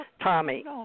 Tommy